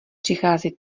přichází